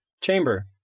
chamber